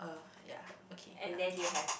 uh yeah okay nah